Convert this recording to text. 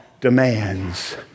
demands